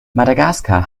madagaskar